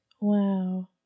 Wow